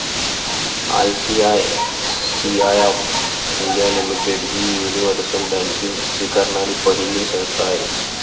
ICICI of India limited ही universal banking स्वीकारणारी पहिली संस्था आहे